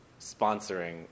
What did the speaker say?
sponsoring